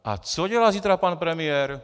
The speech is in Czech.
A co dělá zítra pan premiér?